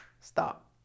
stop